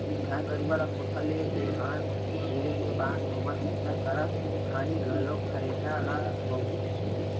गाय गरुवा ल कोठा ले दईहान कोती ढिले के बाद गोबर कचरा करत खानी घलोक खरेटा ल बउरथे